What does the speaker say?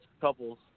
couples